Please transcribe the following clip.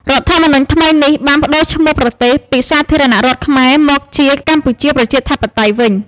រដ្ឋធម្មនុញ្ញថ្មីនេះបានប្តូរឈ្មោះប្រទេសពី «សាធារណរដ្ឋខ្មែរ» មកជា «កម្ពុជាប្រជាធិបតេយ្យ» វិញ។